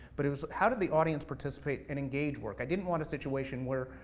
but it was how did the audience participate and engage work. i didn't want a situation where,